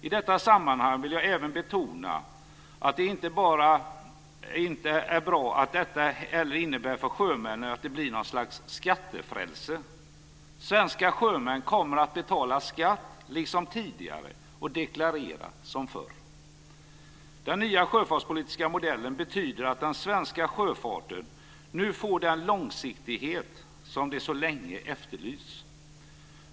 I detta sammanhang vill jag även betona att det är bra att detta inte heller innebär att sjömännen blir något slags skattefrälse. Svenska sjömän kommer att betala skatt liksom tidigare och deklarera som förr. Den nya sjöfartspolitiska modellen betyder att den svenska sjöfarten nu får den långsiktighet som så länge efterlysts.